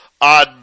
on